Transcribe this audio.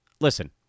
listen